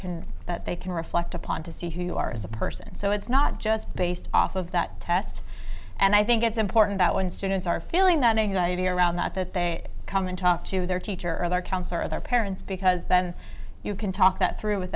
can that they can reflect upon to see who you are as a person so it's not just based off of that test and i think it's important that when students are feeling that anxiety around that that they come and talk to their teacher or their counselor or their parents because then you can talk that through with